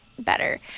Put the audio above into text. better